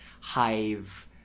hive